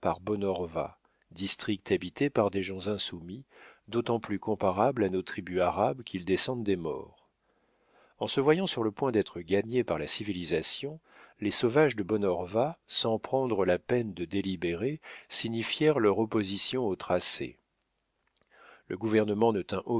district habité par des gens insoumis d'autant plus comparables à nos tribus arabes qu'ils descendent des maures en se voyant sur le point d'être gagnés par la civilisation les sauvages de bonorva sans prendre la peine de délibérer signifièrent leur opposition au tracé le gouvernement ne tint